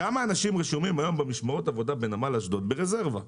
כמה אנשים רשומים היום במשמרות עבודה בנמל אשדוד ברזרבה?